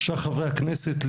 שאר חברי הכנסת,